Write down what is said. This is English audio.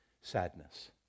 sadness